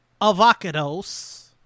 avocados